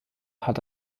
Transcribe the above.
hat